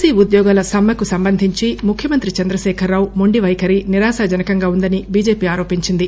C ఉద్యోగాల సమ్మెకు సంబంధించి ముఖ్యమంత్రి చంద్రశేఖరరావు మొండి పైఖరి నిరాశజనకంగా ఉందని బిజెపి ఆరోపించింది